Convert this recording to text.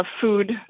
food